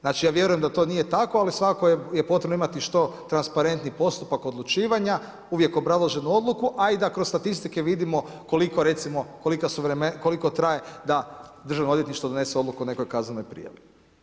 Znači ja vjerujem da to nije tako, ali svakako je potrebno imati što transparentniji postupak odlučivanja, uvijek obrazloženu odluku, a i da kroz statistike vidimo koliko traje da državno odvjetništvo donese odluku o nekoj kaznenoj prijavi.